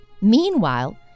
Meanwhile